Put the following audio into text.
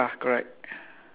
on the right side